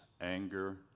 anger